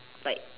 like